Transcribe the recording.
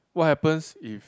what happens if